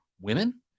women